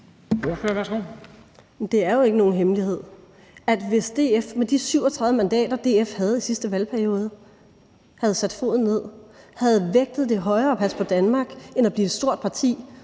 det er jo ikke nogen hemmelighed, at vi, hvis DF med de 37 mandater, DF havde i sidste valgperiode, havde sat foden ned og havde vægtet det højere at passe på Danmark end at blive et stort parti,